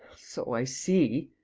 so i see,